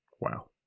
Wow